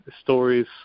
stories